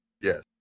Yes